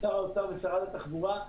שר האוצר ושרת התחבורה,